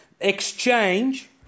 exchange